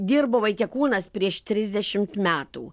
dirbo vaitiekūnas prieš trisdešimt metų